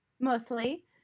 mostly